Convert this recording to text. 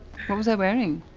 what was i wearing?